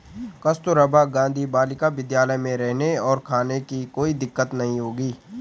कस्तूरबा गांधी बालिका विद्यालय में रहने और खाने की कोई दिक्कत नहीं होगी